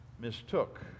mistook